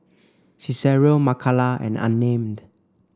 Cicero Makala and Unnamed